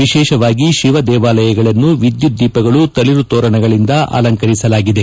ವಿಶೇಷವಾಗಿ ಶಿವ ದೇವಾಲಯಗಳನ್ನು ವಿದ್ಯುತ್ ದೀಪಗಳು ತಳಿರು ತೋರಣಗಳಿಂದ ಅಲಂಕರಿಸಲಾಗಿದೆ